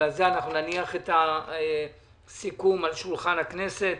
אנחנו נניח את הסיכום על שולחן הכנסת.